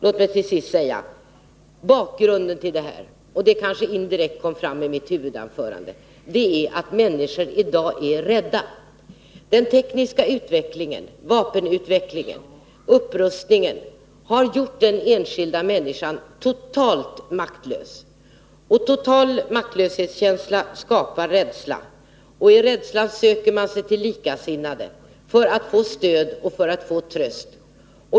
Låt mig till sist säga att bakgrunden i detta sammanhang — och det kom kanske fram indirekt i mitt huvudanförande — är att människor i dag är rädda. Den tekniska utvecklingen, vapenutvecklingen, upprustningen, har gjort den enskilda människan totalt maktlös. Och en total maktlöshetskänsla skapar rädsla. I rädslan söker man sig till likasinnade för att få stöd och tröst.